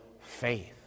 faith